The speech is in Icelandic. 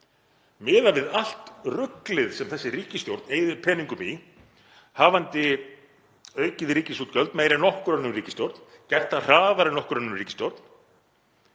Miðað við allt ruglið sem þessi ríkisstjórn eyðir peningum í, hafandi aukið ríkisútgjöld meira en nokkur önnur ríkisstjórn, gert það hraðar en nokkur önnur ríkisstjórn,